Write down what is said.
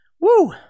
Woo